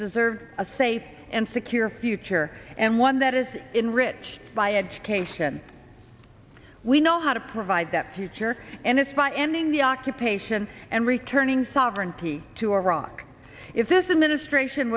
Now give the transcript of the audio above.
deserve a safe and secure future and one that is enrich by education we know how to provide that future and it's by ending the occupation and returning sovereignty to iraq if this administration